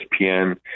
ESPN